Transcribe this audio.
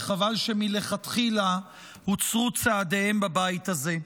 וחבל שמלכתחילה הוצרו צעדיהם בבית הזה.